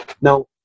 Now